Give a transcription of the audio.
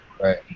Right